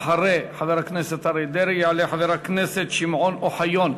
אחרי חבר הכנסת אריה דרעי יעלה חבר הכנסת שמעון אוחיון.